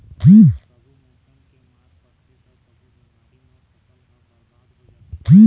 कभू मउसम के मार परथे त कभू बेमारी म फसल ह बरबाद हो जाथे